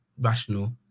rational